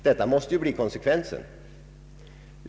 Detta måste ju bli konsekvensen.